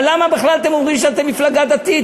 אבל למה בכלל אתם אומרים שאתם מפלגה דתית?